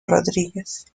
rodríguez